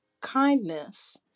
kindness